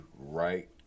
right